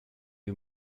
you